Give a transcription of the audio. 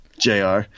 JR